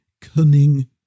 cunning